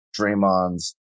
Draymond's